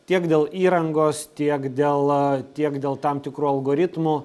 tiek dėl įrangos tiek dėl tiek dėl tam tikrų algoritmų